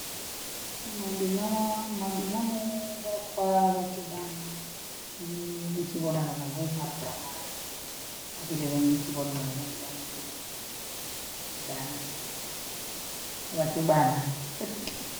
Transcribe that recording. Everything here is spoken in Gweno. Mabi namwa, mabi namo vakwa vake bana nichivonana navo mara kwa mara, aghire venu nichivona navo kila siku nkebana vake bana.